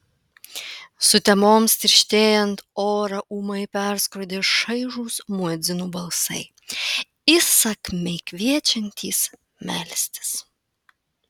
sutemoms tirštėjant orą ūmai perskrodė šaižūs muedzinų balsai įsakmiai kviečiantys melstis